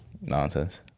Nonsense